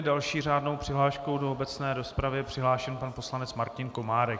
S další řádnou přihláškou do obecné rozpravy je přihlášen pan poslanec Martin Komárek.